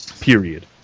period